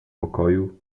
pokoju